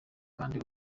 kandi